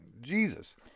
Jesus